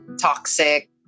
toxic